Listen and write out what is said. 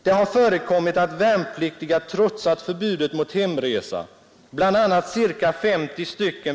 Det har förekommit att värnpliktiga trotsat förbudet mot hemresa — bl.a. ca 50 st.